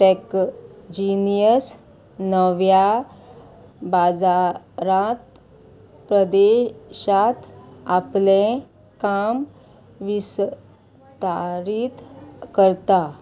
tech genius नव्या बाजारांत प्रदेशांत आपलें काम विसतारीत करता